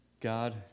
God